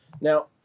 Now